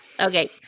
okay